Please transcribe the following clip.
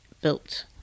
built